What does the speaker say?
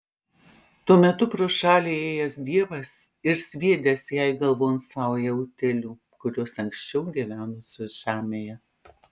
tuo metu pro šalį ėjęs dievas ir sviedęs jai galvon saują utėlių kurios anksčiau gyvenusios žemėje